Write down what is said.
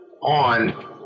on